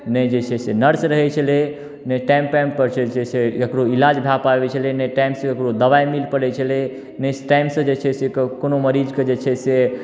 ने जे छै से नर्स रहै छलै ने टाइम टाइमपर से जे छै ककरो इलाज भए पाबै छलै ने टाइमसँ ककरो दवाइ मिल पड़ै छलै ने टाइमसँ जे छै से कोनो मरीजके जे छै से